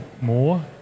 more